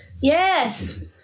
Yes